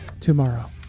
tomorrow